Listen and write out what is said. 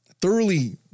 thoroughly